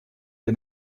der